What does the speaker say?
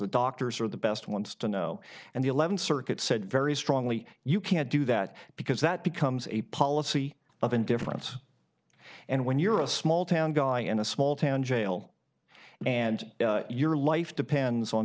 the doctors are the best ones to know and the eleventh circuit said very strongly you can't do that because that becomes a policy of indifference and when you're a small town guy in a small town jail and your life depends on